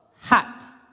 hot